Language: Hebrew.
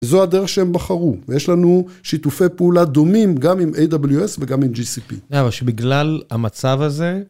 זו הדרך שהם בחרו, ויש לנו שיתופי פעולה דומים גם עם AWS וגם עם GCP. - אבל שבגלל המצב הזה...